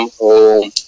home